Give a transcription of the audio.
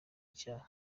icyaha